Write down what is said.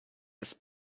his